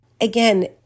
again